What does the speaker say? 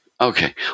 Okay